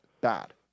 bad